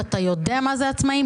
ואתה יודע מה זה עצמאים,